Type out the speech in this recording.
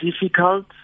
difficult